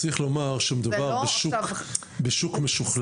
צריך לומר שמדובר בשוק משוכלל.